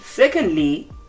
Secondly